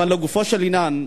אבל לגופו של עניין,